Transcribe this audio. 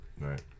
right